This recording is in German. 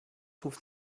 ruft